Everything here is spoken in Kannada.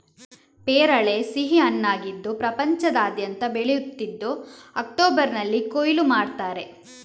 ಪೇರಳೆ ಸಿಹಿ ಹಣ್ಣಾಗಿದ್ದು ಪ್ರಪಂಚದಾದ್ಯಂತ ಬೆಳೆಯುತ್ತಿದ್ದು ಅಕ್ಟೋಬರಿನಲ್ಲಿ ಕೊಯ್ಲು ಮಾಡ್ತಾರೆ